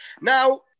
now